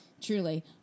Truly